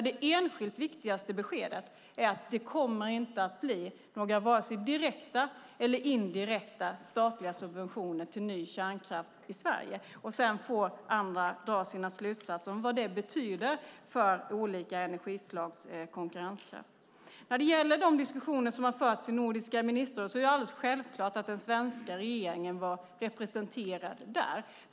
Det enskilt viktigaste beskedet är att det inte kommer att bli vare sig direkta eller indirekta statliga subventioner till ny kärnkraft i Sverige. Sedan får andra dra sina slutsatser om vad det betyder för olika energislags konkurrenskraft. När det gäller de diskussioner som har förts i Nordiska ministerrådet är det självklart att den svenska regeringen var representerad.